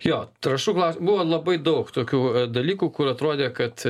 jo trąšų buvo labai daug tokių dalykų kur atrodė kad